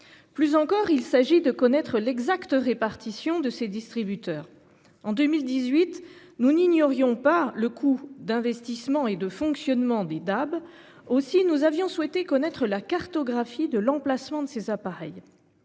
Plus encore, il s'agit de connaître l'exacte répartition de ces distributeurs en 2018, nous n'ignorions par le coût d'investissement et de fonctionnement des DAB aussi nous avions souhaité connaître la cartographie de l'emplacement de ces appareils.